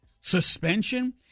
suspension